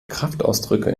kraftausdrücke